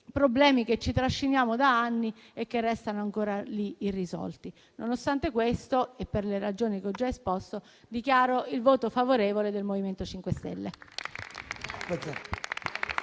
problemi che ci trasciniamo da anni e che restano ancora irrisolti. Nonostante questo, per le ragioni che ho già esposto, dichiaro il voto favorevole del Gruppo MoVimento 5 Stelle.